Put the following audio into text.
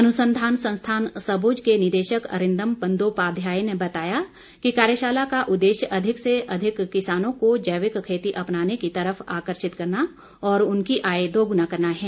अनुसंघान संस्थान सबुज के निदेशक अरिंदम बंदोपाध्याय ने बताया कि कार्यशाला का उद्देश्य अधिक से अधिक किसानों को जैविक खेती अपनाने की तरफ आकर्षित करना और उनकी आय दोगुना करना है